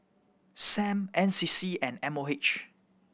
Sam N C C and M O H